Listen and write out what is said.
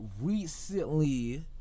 Recently